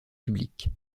public